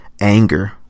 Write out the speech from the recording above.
anger